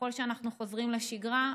ככל שאנחנו חוזרים לשגרה,